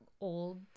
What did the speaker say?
old